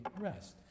rest